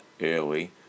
early